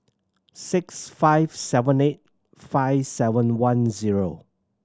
six five seven eight five seven one zero